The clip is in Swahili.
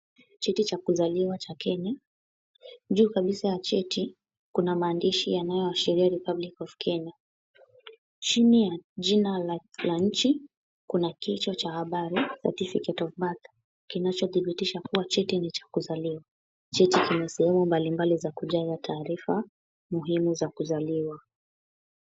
Cheti cha kuzaliwa cha Kenya. Juu kabisa ya cheti, kuna maandishi yanayoashiria Republic of Kenya . Chini ya jina la nchi, kuna kichwa cha habari Certificate of Birth kinachothibitisha kuwa cheti ni cha kuzaliwa. Cheti kina sehemu mbalimbali za kujaza taarifa, muhimu za kuzaliwa.